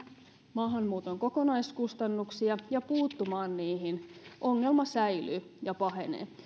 maahanmuuton kokonaiskustannuksia ja puuttumaan niihin ongelma säilyy ja pahenee